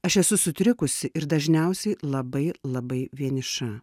aš esu sutrikusi ir dažniausiai labai labai vieniša